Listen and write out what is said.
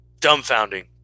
dumbfounding